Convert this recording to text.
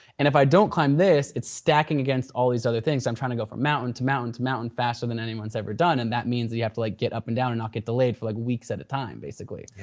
and if i don't climb this, it's stacking against all these other things. i'm trying to go from mountain to mountain mountain faster than anyone's ever done. and that means that you have to like get up and down and not get delayed for like weeks at a time, basically.